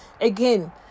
Again